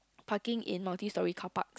parking in multi storey car park